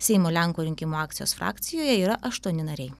seimo lenkų rinkimų akcijos frakcijoje yra aštuoni nariai